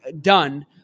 Done